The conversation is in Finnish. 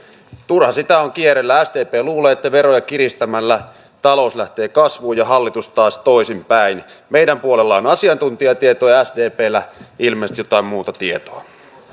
turha sitä on kierrellä sdp luulee että veroja kiristämällä talous lähtee kasvuun ja hallitus taas toisinpäin meidän puolellamme on asiantuntijatietoa ja sdpllä ilmeisesti jotain muuta tietoa